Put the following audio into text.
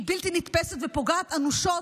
היא בלתי נתפסת ופוגעת אנושות,